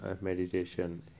meditation